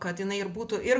kad jinai ir būtų ir